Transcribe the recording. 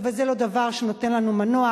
אבל זה לא דבר שנותן לנו מנוח.